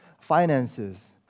finances